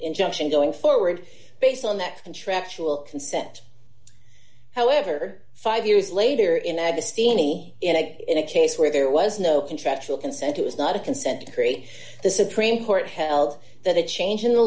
injunction going forward based on that contractual consent however five years later in agassi any in a case where there was no contractual consent was not a consent decree the supreme court held that a change in the